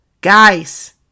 Guys